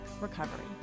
recovery